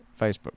Facebook